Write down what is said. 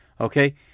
Okay